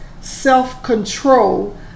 self-control